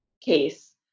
case